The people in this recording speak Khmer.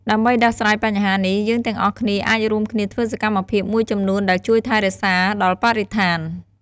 ដើម្បីដោះស្រាយបញ្ហានេះ យើងទាំងអស់គ្នាអាចរួមគ្នាធ្វើសកម្មភាពមួយចំនួនដែលជួយថែរក្សាដល់បរិស្ថាន។